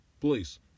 Please